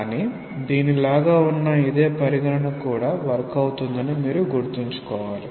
కానీ దీని లాగా ఉన్న ఇదే పరిగణన కూడా వర్క్ అవుతుందని మీరు గుర్తుంచుకోవాలి